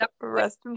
rest